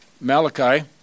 Malachi